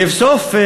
לבסוף,